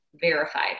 verified